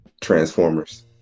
Transformers